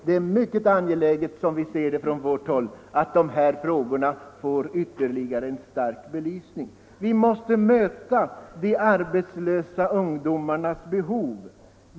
Det är som vi ser det mycket angeläget att dessa frågor får ytterligare belysning. Vi måste möta de arbetslösa ungdomarnas behov.